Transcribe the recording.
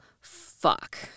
fuck